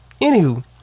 anywho